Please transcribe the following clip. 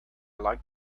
like